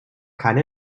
keine